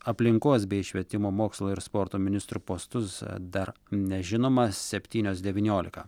aplinkos bei švietimo mokslo ir sporto ministrų postus dar nežinoma septynios devyniolika